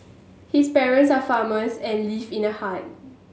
his parents are farmers and live in a hut